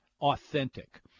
authentic